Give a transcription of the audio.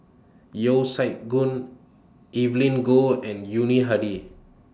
Yeo Siak Goon Evelyn Goh and Yuni Hadi